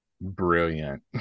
Brilliant